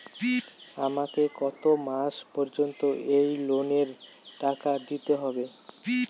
আমাকে কত মাস পর্যন্ত এই লোনের টাকা দিতে হবে?